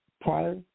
prior